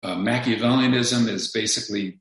Machiavellianism is basically...